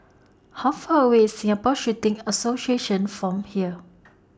How Far away IS Singapore Shooting Association from here